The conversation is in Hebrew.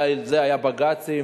ועל זה היו בג"צים,